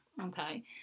okay